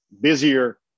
busier